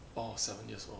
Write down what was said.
orh seven years old